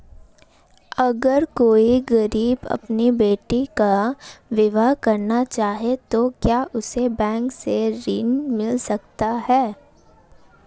अगर कोई गरीब पिता अपनी बेटी का विवाह करना चाहे तो क्या उसे बैंक से ऋण मिल सकता है?